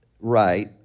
right